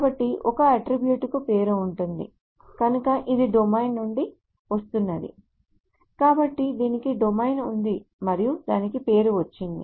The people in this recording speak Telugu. కాబట్టి ఒక అట్ట్రిబ్యూట్ కు పేరు ఉంటుంది కనుక ఇది డొమైన్ నుండి వస్తున్నది కాబట్టి దీనికి డొమైన్ ఉంది మరియు దానికి పేరు వచ్చింది